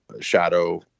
shadow